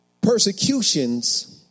persecutions